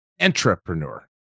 entrepreneur